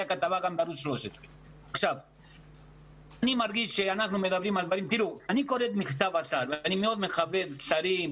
גם הייתה כתבה בערוץ 13. כשאני קורא את מכתב השר אני מאוד מכבד שרים,